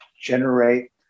generate